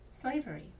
slavery